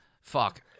Fuck